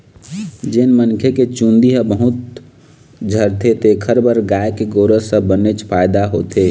जेन मनखे के चूंदी ह बहुत झरथे तेखर बर गाय के गोरस ह बनेच फायदा होथे